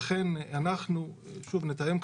לכן אנחנו נתאם,